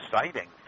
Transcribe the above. exciting